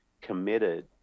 committed